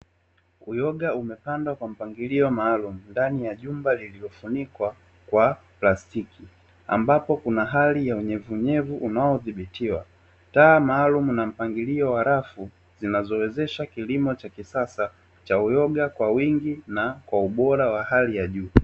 Uyoga umepandwa kwa mpangilio maalumu, ndani ya jumba lililofunkwa kwa plastiki. Ambapo kuna hali ya unyevuunyevu unaodhibitiwa. Taa maalumu na mpangilio wa rafu, zinazowezesha kilimo cha kisasa cha uyoga, kwa wingi na ubora wa hali ya juu.